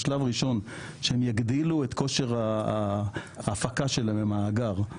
בשלב ראשון כשהם יגדילו את כושר ההפקה שלו למאגר.